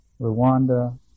Rwanda